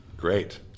Great